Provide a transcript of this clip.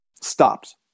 stopped